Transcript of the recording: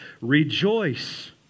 Rejoice